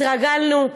התרגלנו.